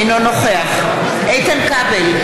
אינו נוכח איתן כבל,